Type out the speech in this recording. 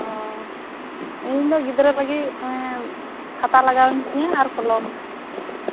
ᱚᱸᱻ ᱤᱧ ᱫᱚ ᱜᱤᱫᱽᱨᱟᱹ ᱜᱟᱹᱜᱤᱫ ᱠᱷᱟᱛᱟ ᱞᱟᱜᱟᱣ ᱟᱹᱧᱠᱤᱧᱟᱹ ᱟᱨ ᱠᱚᱞᱚᱢ